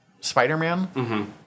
Spider-Man